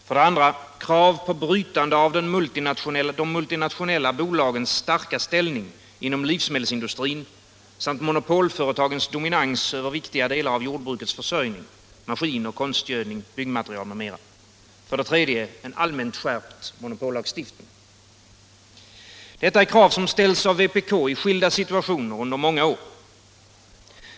För det andra: Krav på brytande av de multinationella bolagens starka ställning inom livsmedelsindustrin samt monopolföretagens dominans över viktiga delar av jordbrukets försörjning - maskiner, konstgödning, byggmaterial m.m. För det tredje: En allmänt skärpt monopollagstiftning. Detta är krav som ställts av vpk i skilda situationer under många år.